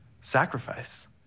sacrifice